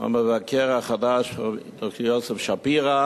המבקר החדש יוסף שפירא.